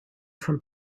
from